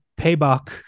Payback